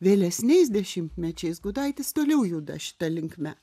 vėlesniais dešimtmečiais gudaitis toliau juda šita linkme